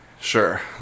Sure